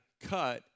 cut